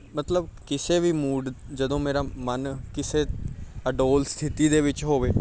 ਮਤਲਬ ਕਿਸੇ ਵੀ ਮੂਡ ਜਦੋਂ ਮੇਰਾ ਮਨ ਕਿਸੇ ਅਡੋਲ ਸਥਿਤੀ ਦੇ ਵਿੱਚ ਹੋਵੇ